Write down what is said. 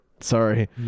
Sorry